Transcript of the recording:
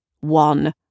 one